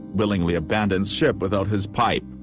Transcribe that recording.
willingly abandons ship without his pipe.